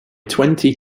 twenty